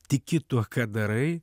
tiki tuo ką darai